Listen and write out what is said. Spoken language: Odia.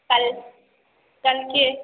କାଲ୍ କାଲ୍କେ